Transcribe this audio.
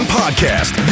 podcast